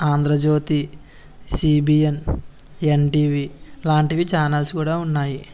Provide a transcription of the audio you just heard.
Andhra Jyothi CBN NTV లాంటివి channels కూడా ఉన్నాయి